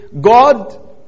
God